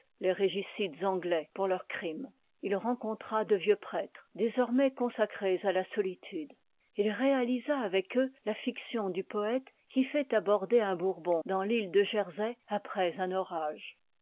les régicides anglais pour leur crime il renïiivtta contra de vieux prêtres désormais consacrés à la solitude il réalisa avec eux la fiction du poëte qui fait aborder un bourbon dans file de jersey après un orage